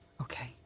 Okay